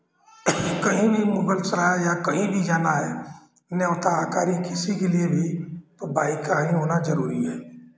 कहीं भी मुगलसराय या कहीं भी जाना है न्योता हकारी किसी के लिए भी तो बाइक का ही होना जरूरी है